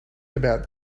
about